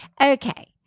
Okay